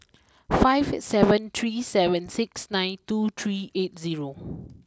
five seven three seven six nine two three eight zero